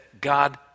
God